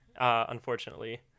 unfortunately